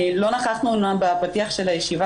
לא נכחנו אמנם בפתיח של הישיבה,